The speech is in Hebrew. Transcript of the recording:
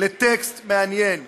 לטקסט מעניין